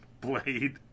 Blade